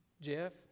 Jeff